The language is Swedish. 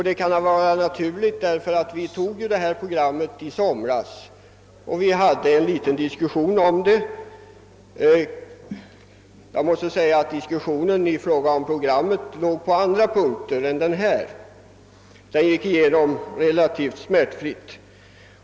Det kan vara naturligt, eftersom vi godkände detta program i somras efter en rätt lång diskussion. Denna gällde dock andra punkter än den nu aktuella; den gick igenom relativt smärtfritt.